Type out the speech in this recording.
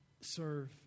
serve